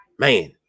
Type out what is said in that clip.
Man